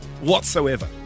whatsoever